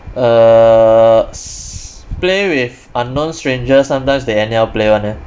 err s~ play with unknown strangers sometimes they anyhow play [one] eh